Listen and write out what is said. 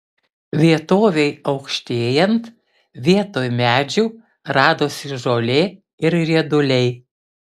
vietovei aukštėjant vietoj medžių radosi žolė ir rieduliai